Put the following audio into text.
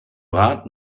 rat